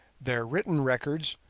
their written records,